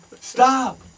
Stop